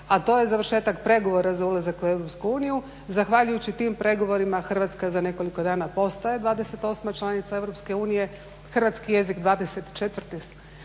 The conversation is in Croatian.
a to je završetak pregovora za ulazak u EU. Zahvaljujući tim pregovorima Hrvatska za nekoliko dana postaje 28 članica EU, hrvatski jezik 24